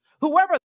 Whoever